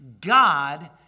God